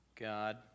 God